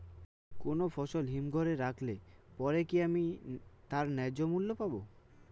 কোনো ফসল হিমঘর এ রাখলে পরে কি আমি তার ন্যায্য মূল্য পাব?